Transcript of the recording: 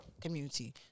community